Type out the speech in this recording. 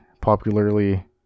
popularly